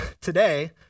today